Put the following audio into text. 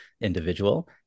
individual